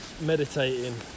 meditating